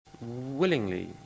Willingly